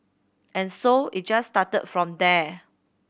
and so it just started from there